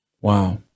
Wow